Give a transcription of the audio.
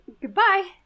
goodbye